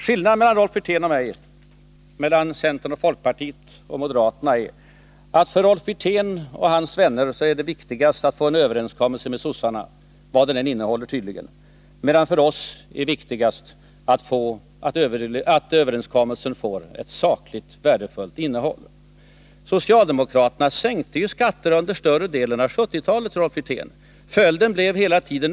Skillnaden mellan Rolf Wirtén och mig, mellan centern och folkpartiet å ena sidan och moderaterna å andra sidan, är att det för Rolf Wirtén och hans vänner är viktigast att få en överenskommelse med sossarna — vad den än innehåller, tydligen — medan det för oss är viktigast att överenskommelsen får ett sakligt riktigt innehåll. Socialdemokraterna ”sänkte” ju skatter under större delen av 1970-talet, Rolf Wirtén.